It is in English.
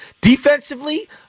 defensively